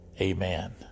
amen